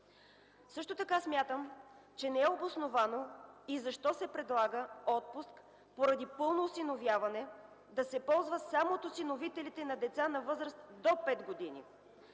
Също така смятам, че не е обосновано и защо се предлага отпуск поради пълно осиновяване, да се ползва само от осиновителите на деца на възраст до 5 години.